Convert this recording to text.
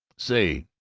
say,